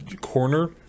corner